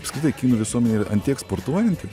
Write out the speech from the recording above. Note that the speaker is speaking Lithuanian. apskritai visuomenė yra ant tiek sportuojanti